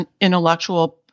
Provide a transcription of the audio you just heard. intellectual